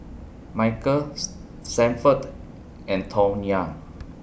Michael's Sanford and Tawnya